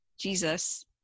Jesus